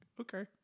okay